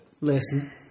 Listen